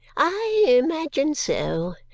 i imagine so.